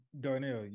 Darnell